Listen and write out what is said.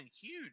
huge